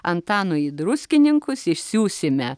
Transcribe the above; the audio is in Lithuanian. antanui į druskininkus išsiųsime